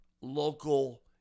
local